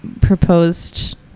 proposed